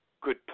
good